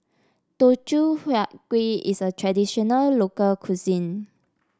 Teochew Huat Kuih is a traditional local cuisine